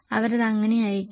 അവർ അത് എങ്ങനെ അയയ്ക്കും